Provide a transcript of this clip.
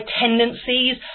tendencies